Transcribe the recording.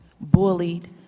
bullied